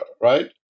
right